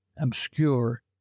obscure